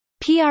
PR